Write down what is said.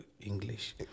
English